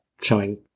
showing